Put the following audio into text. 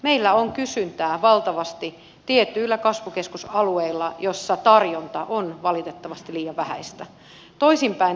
meillä on kysyntää valtavasti tietyillä kasvukeskusalueilla joilla tarjonta on valitettavasti liian vähäistä ja toisinpäin